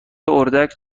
اردک